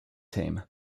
team